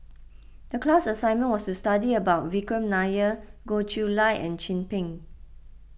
the class assignment was to study about Vikram Nair Goh Chiew Lye and Chin Peng